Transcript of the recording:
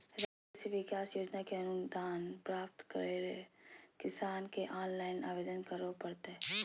राष्ट्रीय कृषि विकास योजना के अनुदान प्राप्त करैले किसान के ऑनलाइन आवेदन करो परतय